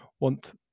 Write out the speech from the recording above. want